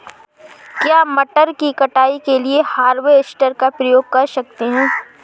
क्या मटर की कटाई के लिए हार्वेस्टर का उपयोग कर सकते हैं?